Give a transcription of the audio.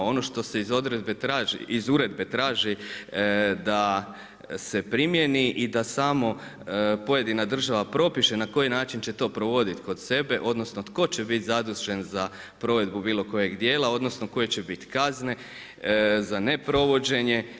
Ono što se iz odredbe traži, iz uredbe traži da se primijeni i da samo pojedina država propiše na koji način će to provodit kod sebe, odnosno tko će bit zadužen za provedbu bilo kojeg dijela, odnosno koje će bit kazne za neprovođenje.